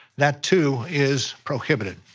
that too is prohibited.